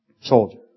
soldier